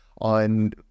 on